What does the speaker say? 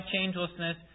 changelessness